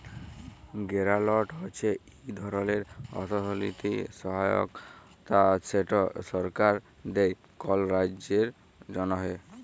গেরালট হছে ইক ধরলের আথ্থিক সহায়তা যেট সরকার দেই কল কাজের জ্যনহে